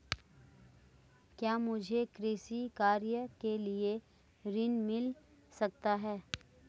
क्या मुझे कृषि कार्य के लिए ऋण मिल सकता है?